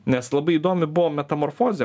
nes labai įdomi buvo metamorfozė